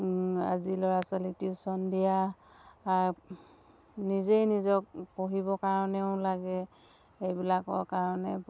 আজি ল'ৰা ছোৱালী টিউচন দিয়া নিজেই নিজক পঢ়িব কাৰণেও লাগে সেইবিলাকৰ কাৰণে